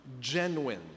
genuine